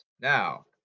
Now